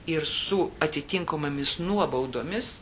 ir su atitinkamomis nuobaudomis